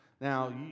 Now